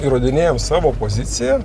įrodinėjam savo poziciją